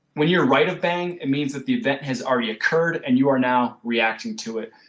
when you are right of bang it means that the event has already occurred and you are now reacting to it.